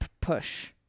push